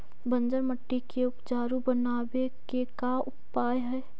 बंजर मट्टी के उपजाऊ बनाबे के का उपाय है?